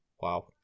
wow